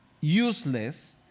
useless